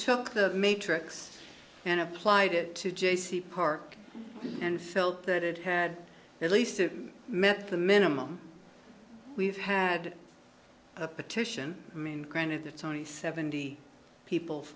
took the matrix and applied it to j c park and felt that it had at least it met the minimum we've had a petition i mean granted the tony seventy people